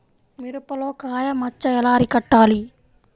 మిరపలో కాయ మచ్చ ఎలా అరికట్టాలి?